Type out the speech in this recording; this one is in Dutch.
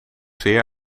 zeer